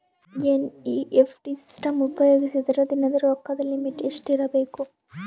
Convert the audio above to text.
NEFT system ಉಪಯೋಗಿಸಿದರ ದಿನದ ರೊಕ್ಕದ ಲಿಮಿಟ್ ಎಷ್ಟ ಇರಬೇಕು?